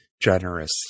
generous